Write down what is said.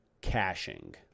caching